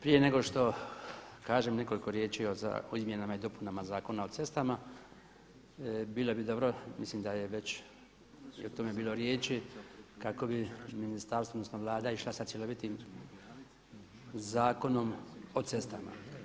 Prije nego što kažem nekoliko riječi o izmjenama i dopunama Zakona o cestama bilo bi dobro, mislim da je već i o tome bilo riječi kako bi ministarstvo, odnosno Vlada išla sa cjelovitim Zakonom o cestama.